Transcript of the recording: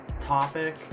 topic